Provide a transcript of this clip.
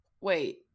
Wait